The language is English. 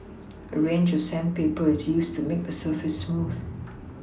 a range of sandpaper is used to make the surface smooth